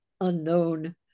unknown